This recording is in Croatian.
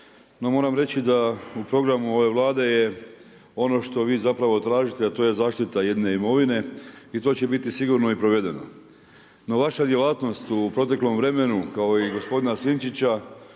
moram reći da u programu ove Vlade je ono što vi zapravo tržište, a to je zaštita jedne imovine i to će biti sigurno i provedeno. No vaša djelatnost u proteklom vremenu kao i gospodina Sinčića